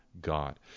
God